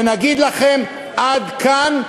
ונגיד לכם: עד כאן,